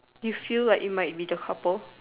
you feel like you might be the couple